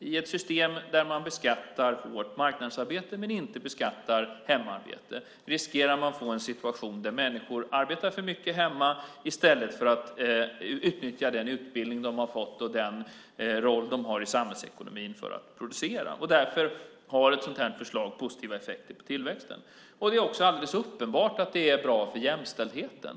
I ett system där man beskattar marknadsarbete men inte beskattar hemarbete riskerar man att få en situation där människor arbetar för mycket hemma i stället för att utnyttja den utbildning de har fått och den roll de har i samhällsekonomin för att producera. Därför har ett sådant här förslag positiva effekter för tillväxten. Det är också alldeles uppenbart att det är bra för jämställdheten.